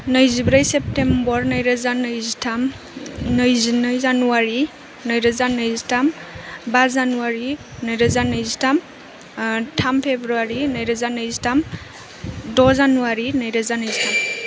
नैजिब्रै सेप्टेम्बर नैरोजा नैजिथाम नैजिनै जानुवारि नैरोजा नैजिथाम बा जानुवारि नैरोजा नैजिथाम थाम फेब्रुवारि नैरोजा नैजिथाम द' जानुवारि नैरोजा नैजिथाम